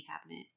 cabinet